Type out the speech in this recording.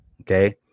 Okay